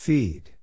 Feed